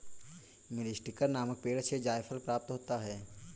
मीरीस्टिकर नामक पेड़ से जायफल प्राप्त होता है